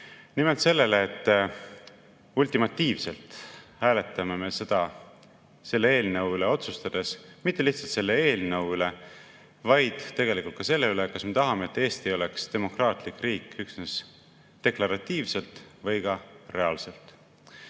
Nimelt sellele, et ultimatiivselt hääletame me selle eelnõu üle otsustades mitte lihtsalt selle eelnõu üle, vaid tegelikult ka selle üle, kas me tahame, et Eesti oleks demokraatlik riik üksnes deklaratiivselt või ka reaalselt. Teatavasti